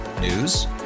News